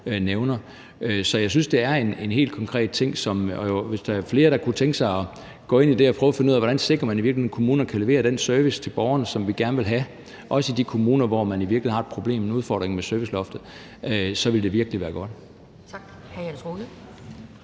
nævner. Så jeg synes, det er en helt konkret ting, og hvis der er flere, der kunne tænke sig at gå ind i det og prøve at finde ud af, hvordan vi sikrer, at kommuner kan levere den service til borgerne, som vi gerne vil have – også i de kommuner, hvor man i virkeligheden har et problem, en udfordring med serviceloftet – så vil det virkelig være godt.